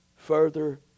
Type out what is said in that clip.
further